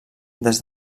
des